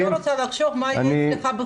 אני לא רוצה לחשוב מה יהיה בחורף.